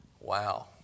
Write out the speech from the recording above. Wow